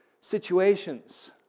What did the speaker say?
situations